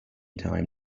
time